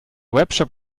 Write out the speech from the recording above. webshop